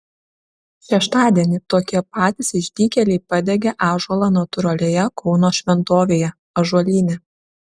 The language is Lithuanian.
šeštadienį tokie patys išdykėliai padegė ąžuolą natūralioje kauno šventovėje ąžuolyne